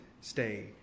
stay